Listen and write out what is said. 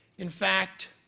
in fact,